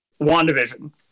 WandaVision